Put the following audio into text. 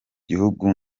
gihugu